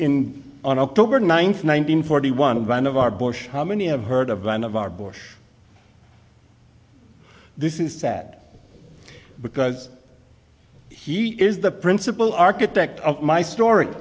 in on october ninth one thousand forty one one of our bush how many have heard of one of our bush this is sad because he is the principal architect of my story